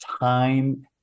time